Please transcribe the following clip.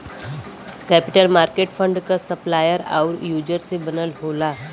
capital market fund क supplier आउर user से बनल होला